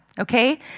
okay